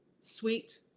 sweet